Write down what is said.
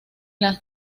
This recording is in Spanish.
las